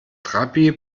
trabi